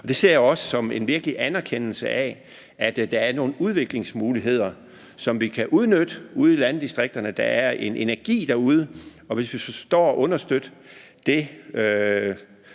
det ser jeg også som en vigtig anerkendelse af, at der er nogle udviklingsmuligheder, som vi kan udnytte ude i landdistrikterne. Der er en energi derude, og hvis vi forstår at understøtte det